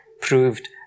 proved